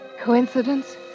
Coincidence